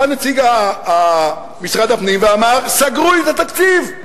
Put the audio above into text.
בא נציג משרד הפנים ואמר: סגרו לי את התקציב.